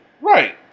Right